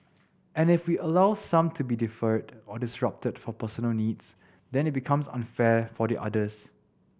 and if we allow some to be deferred or disrupted for personal needs then it becomes unfair for the others